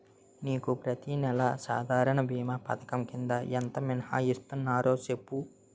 నీకు ప్రతి నెల సాధారణ భీమా పధకం కింద ఎంత మినహాయిస్తన్నారో సెప్పు